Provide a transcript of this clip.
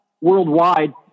worldwide